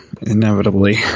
inevitably